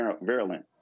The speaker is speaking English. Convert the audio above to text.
virulent